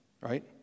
right